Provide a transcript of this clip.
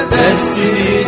destiny